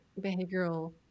behavioral